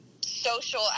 social